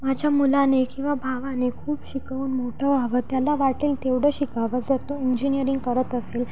माझ्या मुलाने किंवा भावाने खूप शिकवून मोठं व्हावं त्याला वाटेल तेवढं शिकावं जर तो इंजिनिअरिंग करत असेल